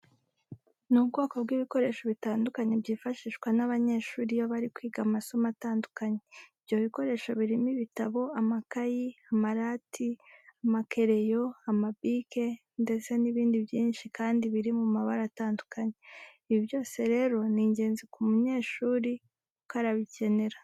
Ni ubwoko bw'ibikoresho bitandukanye byifashishwa n'abanyeshuri iyo bari kwiga amasomo atandukanye. Ibyo bikoresho birimo ibitabo, amakayi, amarati, amakereyo, amabike ndetse n'ibindi byinshi kandi biri mu mabara atandukanye. Ibi byose rero ni ingenzi ku munyeshuri kuko arabikenera.